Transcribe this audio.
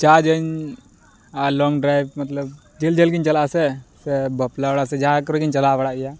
ᱪᱟᱨᱡᱽᱟᱹᱧ ᱟᱨ long drive ᱢᱚᱛᱞᱚᱵᱽ ᱡᱷᱟᱹᱞ ᱡᱷᱟᱹᱞᱜᱮᱧ ᱪᱟᱞᱟᱜᱼᱟ ᱥᱮ ᱵᱟᱯᱞᱟ ᱚᱲᱟᱜ ᱥᱮ ᱡᱟᱦᱟᱸ ᱠᱚᱨᱮᱜᱮᱧ ᱪᱟᱞᱟᱣ ᱵᱟᱲᱟᱜ ᱜᱮᱭᱟ